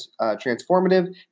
transformative